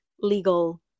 legal